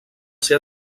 ser